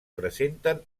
presenten